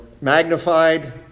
magnified